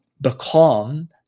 become